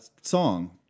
song